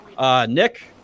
Nick